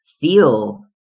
feel